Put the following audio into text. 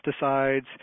pesticides